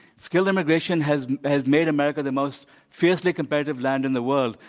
skilled immigration has has made america the most fiercely competitive land in the world.